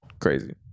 crazy